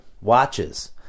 watches